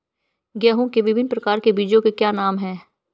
गेहूँ के विभिन्न प्रकार के बीजों के क्या नाम हैं?